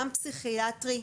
גם פסיכיאטרי,